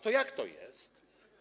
To jak to jest?